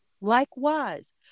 Likewise